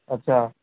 اچھا